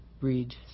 Read